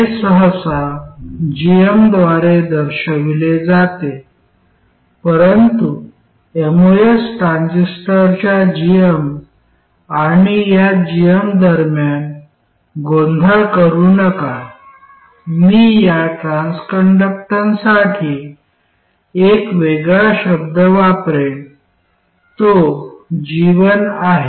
हे सहसा Gm द्वारे दर्शविले जाते परंतु एमओएस ट्रान्झिस्टरच्या gm आणि या Gm दरम्यान गोंधळ करू नका मी या ट्रान्सकंडक्टरसाठी एक वेगळा शब्द वापरेन तो G1 आहे